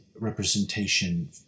representation